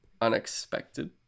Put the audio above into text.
unexpected